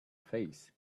face